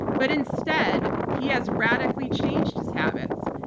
but instead he has radically changed his habits,